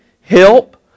help